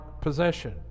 possession